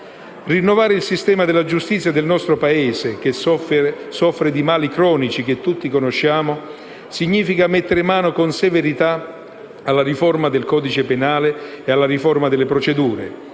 Rinnovare il sistema della giustizia del nostro Paese, che soffre dei mali cronici che tutti conosciamo, significa mettere mano con severità alla riforma del codice penale e delle procedure,